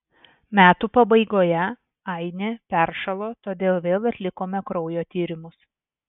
metų pabaigoje ainė peršalo todėl vėl atlikome kraujo tyrimus